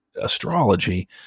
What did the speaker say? astrology